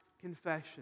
confession